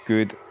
good